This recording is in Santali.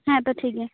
ᱦᱮᱸ ᱛᱳ ᱴᱷᱤᱠ ᱜᱮᱭᱟ